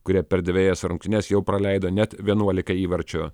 kurie per dvejas rungtynes jau praleido net vienuolika įvarčių